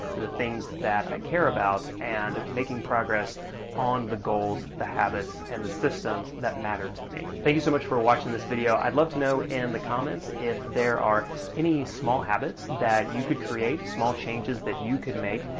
to the things that i care about, and making progress on the goals, the habits, and the systems that matter to me. thank you so much for watching this video. i'd love to know in and the comments if there are any small habits that you could create, small changes that you could make,